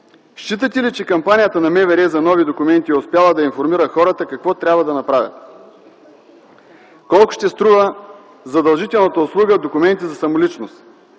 считате ли, че кампанията на МВР за нови документи е успяла да информира хората какво трябва да направят? Колко ще струва задължителната услуга документи за самоличност?